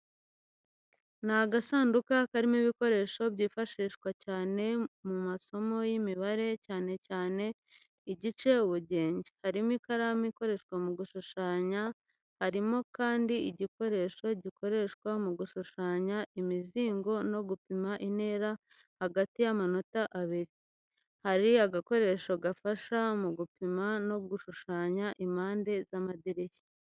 Ni agasanduku karimo ibikoresho byifashishwa cyane mu masomo y’imibare cyane cyane mu gice ubugenge. Harimo ikaramu ikoreshwa mu gushushanya harimo kandia igikoresho gikoreshwa mu gushushanya imizingo no gupima intera hagati y'amanota abiri. Hari agakoresho gafasha mu gupima no gushushanya impande z’amadirishya.